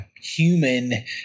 human